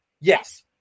Yes